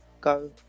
go